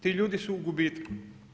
Ti ljudi su u gubitku.